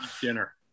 dinner